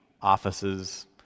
offices